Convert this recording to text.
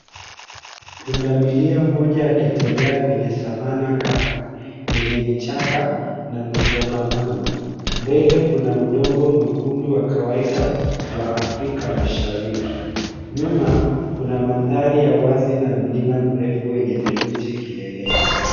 Pundamilia mmoja akitembea kwenye savana kavu yenye vichaka na michongamano. Mbele kuna udongo mwekundu wa kawaida wa afrika mashariki. Nyuma kuna mandhari ya wazi na mlima mrefu wenye theluji kileleni.